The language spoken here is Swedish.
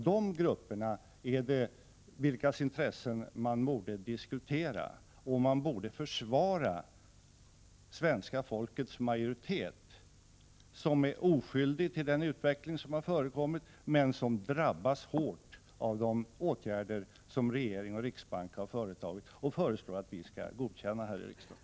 Detta är de grupper vilkas intressen man borde diskutera, och man borde försvara svenska folkets majoritet, som är oskyldig till den utveckling som har förekommit men som drabbas hårt av de åtgärder som regering och riksbank har företagit och som man föreslår att vi skall godkänna här i riksdagen.